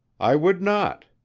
i would not,